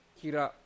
kira